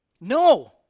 No